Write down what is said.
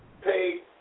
pay